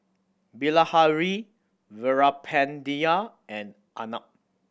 Bilahari Veerapandiya and Arnab